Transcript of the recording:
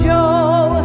Joe